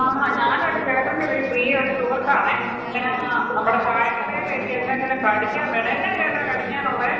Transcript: ആ ഞാനൊരു ചേട്ടൻ്റെയൊരു പ്രിയ്യേ ഒരു സുഹൃത്താണെ ഞാൻ ആ നമ്മുടെ ചായക്കടയിൽ എനിക്കെന്തെങ്കിലും കടിക്കാൻ വേണം എന്നാ ചേട്ടാ കടിക്കാനുള്ളത്